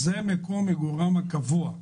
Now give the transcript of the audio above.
זה מקום מגוריו הקבוע.